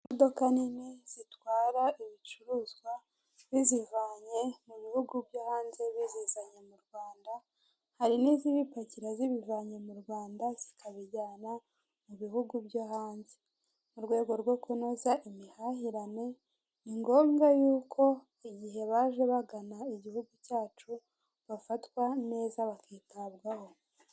Imodoka nini zitwara ibicuruzwa bizivanye mu bihugu byo hanze bizizanye mu rwanda. Hari n'izibipakira zibivanye mu rwanda zikabijyana mu bihugu byo hanze. Mu rwego rwo kunoza imihahirane ni ngombwa y'uko igihe baje bagana igihugu cyacu bafatwa neza bakitabwaho.